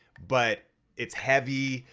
but it's heavy,